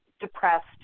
depressed